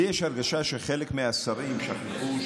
לי יש הרגשה שחלק מהשרים שכחו,